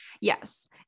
yes